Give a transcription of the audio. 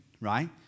right